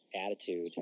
attitude